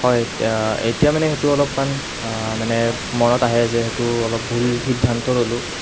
হয় এতিয়া মানে সেইটো অলপমান মানে মনত আহে যে সেইটো অলপ ভুল সিদ্ধান্ত ল'লোঁ